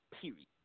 Period